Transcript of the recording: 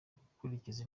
gukurikiza